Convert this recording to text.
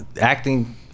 acting